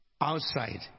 outside